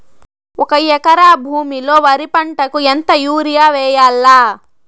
ఒక ఎకరా భూమిలో వరి పంటకు ఎంత యూరియ వేయల్లా?